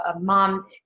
mom